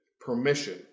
permission